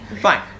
Fine